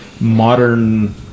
modern